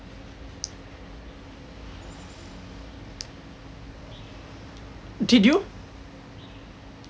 did you